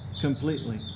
completely